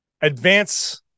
advance